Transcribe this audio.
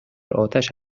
آتش